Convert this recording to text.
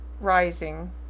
Rising